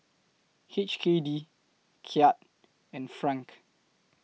H K D Kyat and Franc